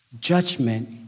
judgment